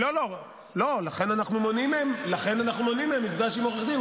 לא, לא, לכן אנחנו מונעים מהם מפגש עם עורך דין.